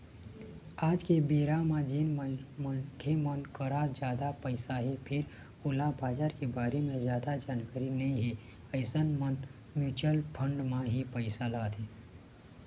आज के बेरा म जेन मनखे मन करा जादा पइसा हे फेर ओला बजार के बारे म जादा जानकारी नइ हे अइसन मन म्युचुअल फंड म ही पइसा लगाथे